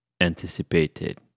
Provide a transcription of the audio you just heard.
anticipated